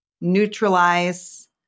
neutralize